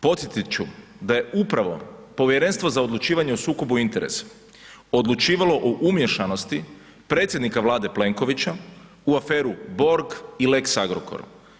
Podsjetit ću da je upravo Povjerenstvo za odlučivanje o sukobu interesa odlučivalo o umiješanosti predsjednika Vlade Plenkovića u aferu Borg i lex Agrokor.